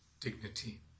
dignity